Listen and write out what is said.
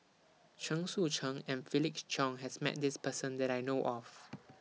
Chen Sucheng and Felix Cheong has Met This Person that I know of